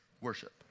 worship